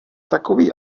takový